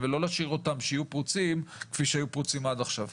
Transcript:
ולא להשאיר אותם שיהיו פרוצים כפי שהיו עד עכשיו.